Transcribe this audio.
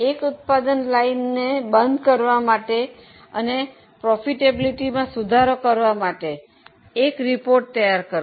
એક ઉત્પાદન લાઇન બંધ કરવા માટે અને નફાકારકતામાં સુધારો કરવા માટે એક જાણ તૈયાર કરો